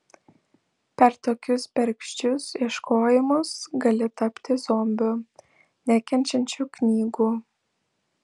per tokius bergždžius ieškojimus gali tapti zombiu nekenčiančiu knygų